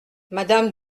madame